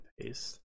paste